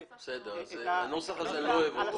הנוסח הזה לא טוב.